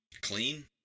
clean